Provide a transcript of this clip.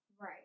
Right